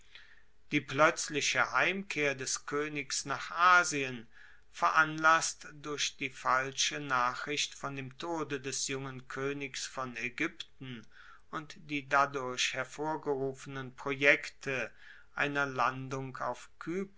die ploetzliche heimkehr des koenigs nach asien veranlasst durch die falsche nachricht von dem tode des jungen koenigs von aegypten und die dadurch hervorgerufenen projekte einer landung auf